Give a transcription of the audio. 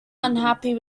unhappy